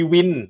Win